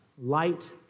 light